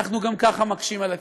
אנחנו גם ככה מקשים על הצעירים.